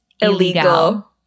illegal